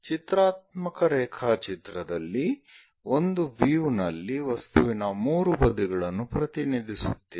ಚಿತ್ರಾತ್ಮಕ ರೇಖಾಚಿತ್ರದಲ್ಲಿ ಒಂದು ವ್ಯೂ ನಲ್ಲಿ ವಸ್ತುವಿನ 3 ಬದಿಗಳನ್ನು ಪ್ರತಿನಿಧಿಸುತ್ತೇವೆ